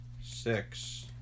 Six